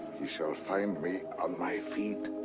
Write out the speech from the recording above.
he shall find me on my feet.